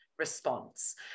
Response